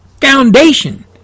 foundation